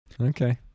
Okay